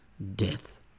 death